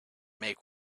make